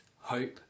hope